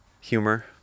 humor